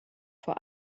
vor